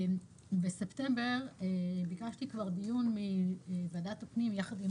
כבר בספטמבר ביקשתי דיון מוועדת הפנים יחד עם